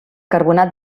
carbonat